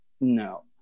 no